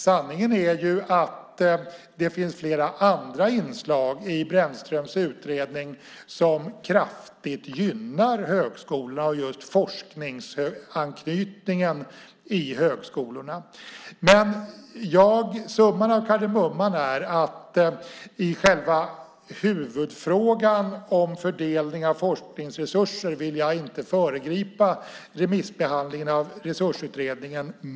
Sanningen är att det finns flera andra inslag i Brännströms utredning som just gynnar högskolor och forskningsanknytning i högskolorna. Summan av kardemumman är att i själva huvudfrågan om fördelning av forskningsresurser vill jag inte föregripa remissbehandlingen av Resursutredningen.